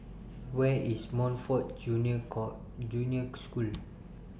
Where IS Montfort Junior Junior School